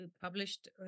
published